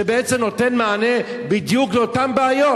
שבעצם נותנת מענה בדיוק לאותן בעיות.